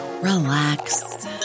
relax